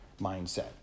mindset